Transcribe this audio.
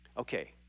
okay